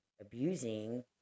abusing